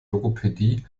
logopädie